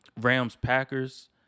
Rams-Packers